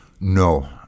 No